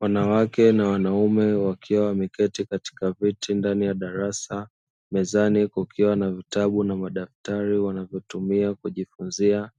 Wanawake na wanaume wakiwa wameketi katika viti ndani ya darasa, mezani kukiwa na vitabu na madaftari wanavyotumia kujifunzia,